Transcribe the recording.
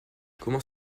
comment